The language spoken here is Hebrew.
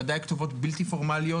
בוודאי כתובות בלתי פורמליות